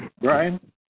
Brian